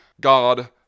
God